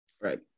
Right